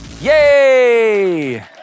Yay